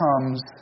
comes